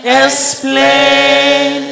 explain